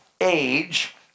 age